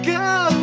go